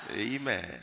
Amen